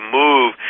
move